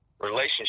relationship